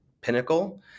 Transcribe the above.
Pinnacle